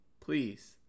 please